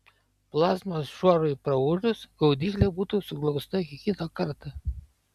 plazmos šuorui praūžus gaudyklė būtų suglausta iki kito karto